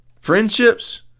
Friendships